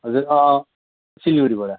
हजुर सिलगडीबाट